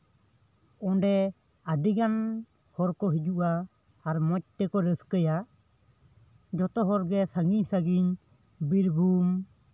ᱚᱸᱰᱮ ᱟᱹᱰᱤᱜᱟᱱ ᱦᱚᱲ ᱠᱚ ᱦᱤᱡᱩᱜᱼᱟ ᱟᱨ ᱢᱚᱡᱽ ᱛᱮᱠᱚ ᱨᱟᱹᱥᱠᱟᱹᱭᱟ ᱡᱚᱛᱚ ᱦᱚᱲᱜᱮ ᱥᱟᱺᱜᱤᱧ ᱥᱟᱺᱜᱤᱧ ᱵᱤᱨᱵᱷᱩᱢ